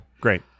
great